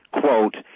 quote